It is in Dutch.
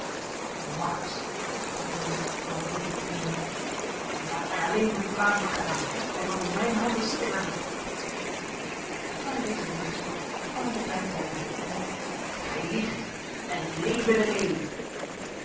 makkers sprak leroux van woede trillende laat mij alleen met de vlaming begaan hij zal door mijn handen sterven terwijl hij deze woorden sprak kwam hij tot bij breydel en riep gij liegt en leve de lelie